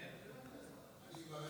אני אברך